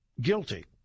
guilty